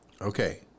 Okay